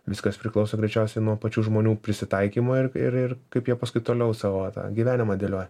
viskas priklauso greičiausiai nuo pačių žmonių prisitaikymo ir ir ir kaip jie paskui toliau savo gyvenimą dėlioja